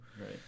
right